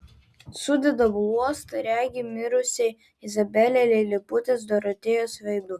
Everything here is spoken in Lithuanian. sudeda bluostą regi mirusią izabelę liliputės dorotėjos veidu